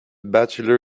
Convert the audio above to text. bachelor